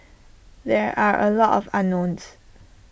there are A lot of unknowns